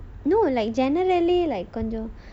no like generally like